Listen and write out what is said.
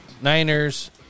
Niners